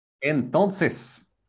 Entonces